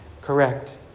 correct